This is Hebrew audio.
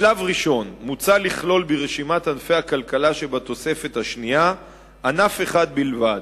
בשלב ראשון מוצע לכלול ברשימת ענפי הכלכלה שבתוספת השנייה ענף אחד בלבד,